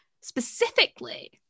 specifically